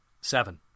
Seven